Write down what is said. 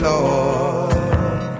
Lord